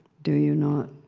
do you not?